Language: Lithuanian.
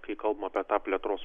kai kalbam apie tą plėtros